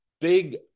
big